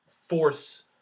force